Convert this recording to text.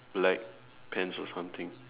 black pants or something